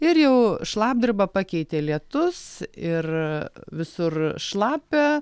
ir jau šlapdribą pakeitė lietus ir visur šlapia